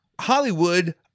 Hollywood